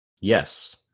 Yes